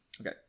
Okay